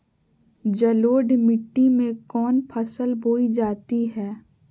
जलोढ़ मिट्टी में कौन फसल बोई जाती हैं?